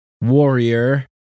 warrior